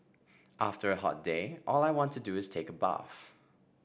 after a hot day all I want to do is take a bath